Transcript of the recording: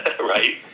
Right